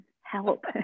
help